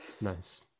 Nice